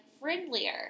friendlier